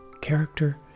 character